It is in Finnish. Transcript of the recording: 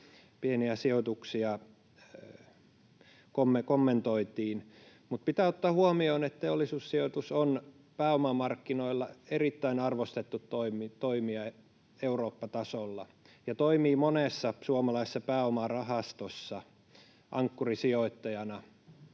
pieniä sijoituksia kommentoitiin. Mutta pitää ottaa huomioon, että Teollisuussijoitus on pääomamarkkinoilla erittäin arvostettu toimija Eurooppa-tasolla ja toimii monessa suomalaisessa pääomarahastossa ankkurisijoittajana.